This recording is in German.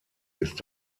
ist